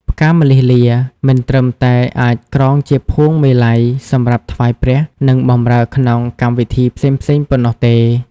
ផ្កាម្លិះលា មិនត្រឹមតែអាចក្រងជាភួងមាល័យសម្រាប់ថ្វាយព្រះ និងបម្រើក្នុងកម្មវិធីផ្សេងៗប៉ុណ្ណោះទេ។